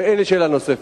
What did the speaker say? ואין לי שאלה נוספת.